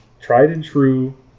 tried-and-true